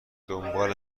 دنبال